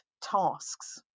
tasks